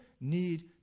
need